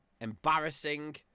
embarrassing